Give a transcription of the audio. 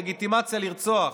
לגיטימציה לרצוח?